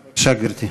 בבקשה, גברתי.